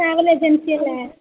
travel agency അല്ലേ